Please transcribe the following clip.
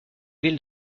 ville